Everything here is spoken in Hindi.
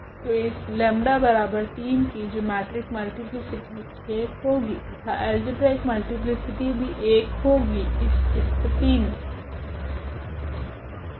तो इस 𝜆3 की जिओमेट्रिक मल्टीप्लीसिटी 1 होगी तथा अल्जेब्रिक मल्टीप्लीसिटी भी 1 होगी इस स्थिति मे